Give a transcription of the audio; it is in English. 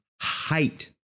height